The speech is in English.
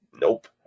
nope